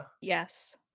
Yes